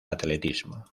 atletismo